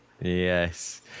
yes